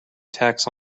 tax